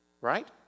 Right